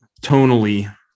tonally